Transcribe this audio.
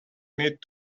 need